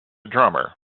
drummer